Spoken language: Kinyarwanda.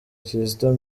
kizito